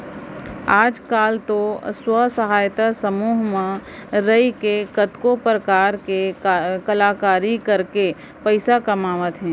आज काल तो स्व सहायता समूह म रइके कतको परकार के कलाकारी करके पइसा कमावत हें